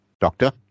Doctor